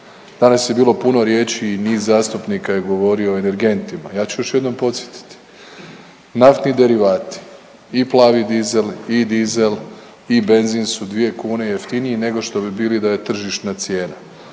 Danas je bilo puno riječi i niz zastupnika je govorio o energentima, a ja ću još jednom podsjetiti. Naftni derivati i plavi dizel i dizel i benzin su dvije kune jeftiniji nego što bi bili da je tržišna cijena,